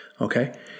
Okay